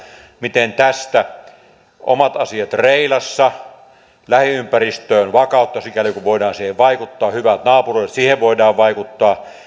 miten tästä omat asiat reilassa lähiympäristöön vakautta sikäli kuin voidaan siihen vaikuttaa hyvät naapuruudet siihen voidaan vaikuttaa